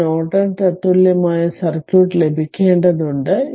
ഇവിടെ നോർട്ടൺ തത്തുല്യമായ സർക്യൂട്ട് ലഭിക്കേണ്ടതുണ്ട്